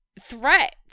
threat